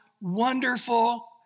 wonderful